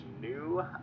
new